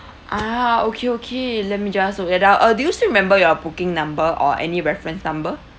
ah okay okay let me just note that down uh do you still remember your booking number or any reference number